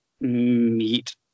meet